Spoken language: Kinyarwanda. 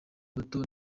bato